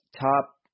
top